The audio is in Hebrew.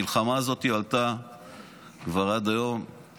עד היום המלחמה הזאת כבר עלתה